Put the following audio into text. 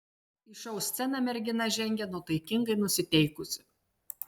į šou sceną mergina žengė nuotaikingai nusiteikusi